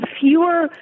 fewer